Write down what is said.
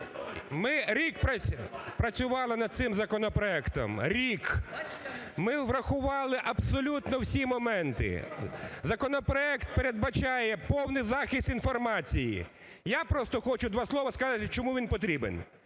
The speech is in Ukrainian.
Ми рік працювали над цим законопроектом, рік. Ми врахували абсолютно всі моменти, законопроект передбачає повний захист інформації. Я просто хочу два слова сказати чому він потрібен.